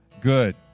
good